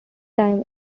time